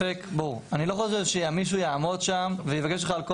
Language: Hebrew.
אני לא חושב שמישהו יעמוד שם ויבקש ממך על כל